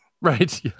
right